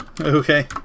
Okay